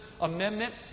amendment